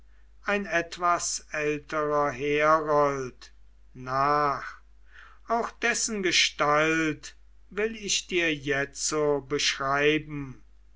ein etwas älterer herold nach auch dessen gestalt will ich dir jetzo beschreiben